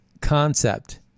concept